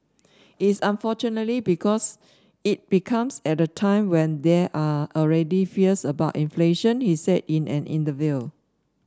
it's unfortunately because it becomes at a time when there are already fears about inflation he said in an interview